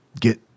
get